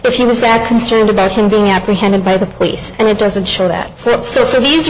if he was that concerned about him being apprehended by the police and it doesn't show that for it so